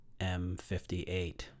M58